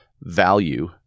value